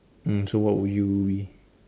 mm so what will you be